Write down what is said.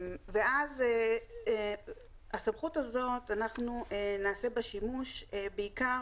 אנחנו נעשה שימוש בסמכות הזאת בעיקר